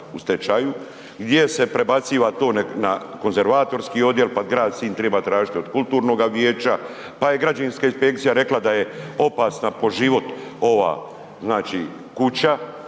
u stečaju, gdje se prebaciva to na konzervatorski odjel, pa grad Sinj triba tražiti od kulturnoga vijeća, pa je građevinska inspekcija rekla da je opasna po život ova,